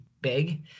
Big